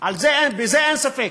בזה אין ספק.